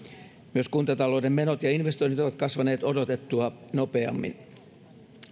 myös kuntatalouden menot ja investoinnit ovat kasvaneet odotettua nopeammin